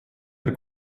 der